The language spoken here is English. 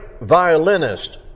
violinist